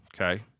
okay